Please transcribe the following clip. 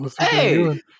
Hey